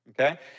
okay